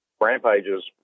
rampages